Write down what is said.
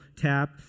tap